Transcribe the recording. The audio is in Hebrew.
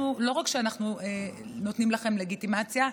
לא רק שאנחנו נותנים לכם לגיטימציה,